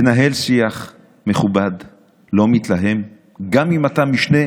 לנהל שיח מכובד ולא מתלהם, גם אם אתה משני